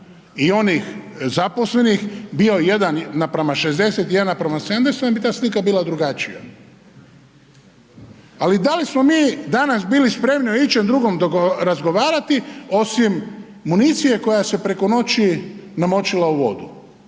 i onih zaposlenih bio 1:60 i 1:70 i onda bi ta slika bila drugačija. Ali da li smo mi danas bili spremni o ičem drugom razgovarati osim municije koja se preko noći namočila u vodu,